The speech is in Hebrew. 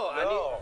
לא,